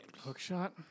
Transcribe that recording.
Hookshot